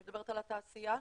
אני מדברת על התעשייה,